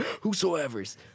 Whosoever's